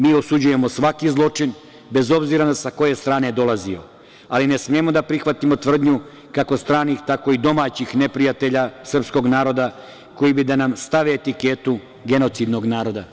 Mi osuđujemo svaki zločin bez obzira sa koje strane dolazio, ali ne smemo da prihvatimo tvrdnju kako stranih tako i domaćih neprijatelja srpskog naroda koji bi da nam stave etiketu genocidnog naroda.